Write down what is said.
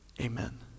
Amen